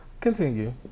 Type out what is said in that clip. Continue